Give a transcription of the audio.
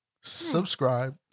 subscribe